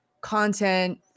content